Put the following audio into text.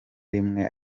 rimwe